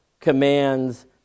commands